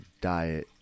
diet